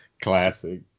Classic